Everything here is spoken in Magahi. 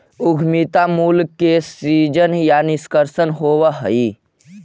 उद्यमिता मूल्य के सीजन या निष्कर्षण होवऽ हई